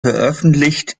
veröffentlicht